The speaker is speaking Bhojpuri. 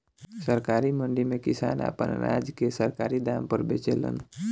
सरकारी मंडी में किसान आपन अनाज के सरकारी दाम पर बेचेलन